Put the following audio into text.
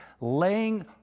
laying